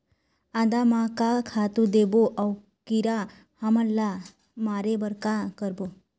आदा म का खातू देबो अऊ कीरा हमन ला मारे बर का करबो?